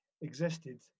existed